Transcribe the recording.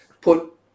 put